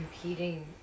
competing